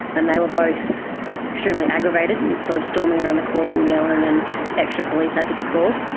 and they were both extremely aggravated and sort of storming around the court and yelling, and extra police had to be called.